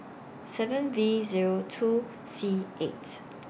seven V Zero two C eight